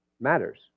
matters